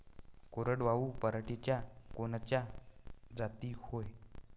कोरडवाहू पराटीच्या कोनच्या जाती हाये?